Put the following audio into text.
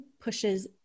pushes